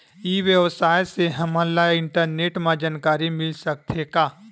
ई व्यवसाय से हमन ला इंटरनेट मा जानकारी मिल सकथे का?